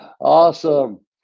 Awesome